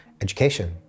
education